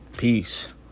Peace